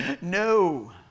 No